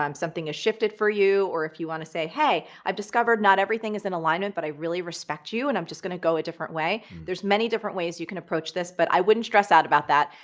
um something has shifted for you, or if you wanna say, hey, i've discovered not everything is in alignment, but i really respect you and i'm just gonna go a different way. there's many different ways you can approach this, but i wouldn't stress out about that.